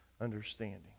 understanding